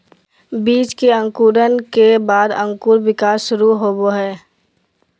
बीज के अंकुरण के बाद अंकुर विकास शुरू होबो हइ